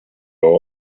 law